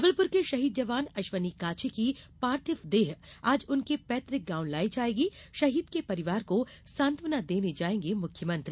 जबलपुर के शहीद जवान अश्विनी काछी की पार्थिव देह आज उनके पैतृक गॉव लाई जायेगी शहीद के परिवार को सांत्वना देने जायेंगे मुख्यमंत्री